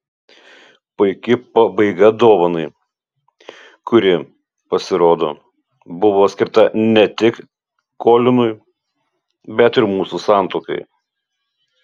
puiki pabaiga dovanai kuri pasirodo buvo skirta ne tik kolinui bet ir mūsų santuokai